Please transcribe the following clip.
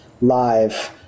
live